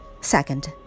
Second